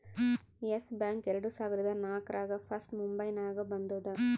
S Bank ಎರಡು ಸಾವಿರದಾ ನಾಕ್ರಾಗ್ ಫಸ್ಟ್ ಮುಂಬೈನಾಗ ಬಂದೂದ